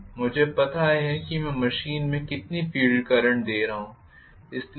मुझे पता है कि मैं मशीन में कितनी फील्ड करंट दे रहा हूं